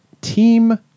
Team